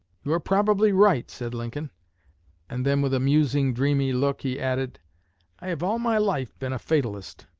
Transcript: you are probably right, said lincoln and then, with a musing, dreamy look, he added i have all my life been a fatalist.